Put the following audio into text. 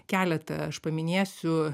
keletą aš paminėsiu